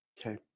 Okay